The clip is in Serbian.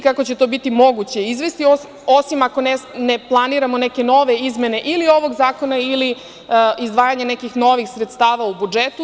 Kako će to biti moguće izvesti, osim ako ne planiramo neke nove izmene ili ovog zakona ili izdvajanja nekih novih sredstava u budžetu?